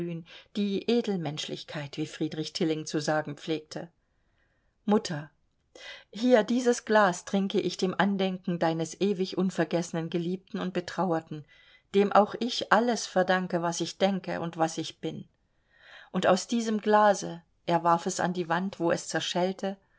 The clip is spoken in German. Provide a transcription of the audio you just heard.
die edelmenschlichkeit wie friedrich tilling zu sagen pflegte mutter hier dieses glas trinke ich dem andenken deines ewig unvergessen geliebten und betrauerten dem auch ich alles verdanke was ich denke und was ich bin und aus diesem glase er warf es an die wand wo es zerschellte